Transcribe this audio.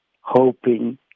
hoping